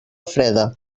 freda